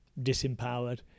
disempowered